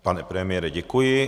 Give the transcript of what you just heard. Pane premiére, děkuji.